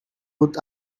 would